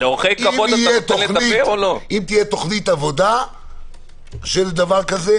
אם תהיה תוכנית עבודה של דבר כזה,